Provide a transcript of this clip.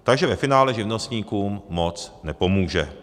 Takže ve finále živnostníkům moc nepomůže.